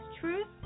Truth